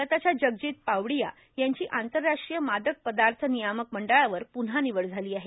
भारताच्या जगजित पावडीया यांची आंतरराष्ट्रीय मादक पदार्थ नियामक मंडळावर प्रव्हा निवड झाली आहे